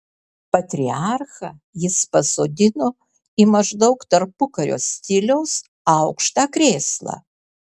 patriarchą jis pasodino į maždaug tarpukario stiliaus aukštą krėslą